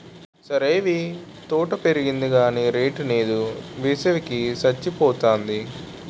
సరేవీ తోట పెరిగింది గాని రేటు నేదు, వేసవి కి సచ్చిపోతాంది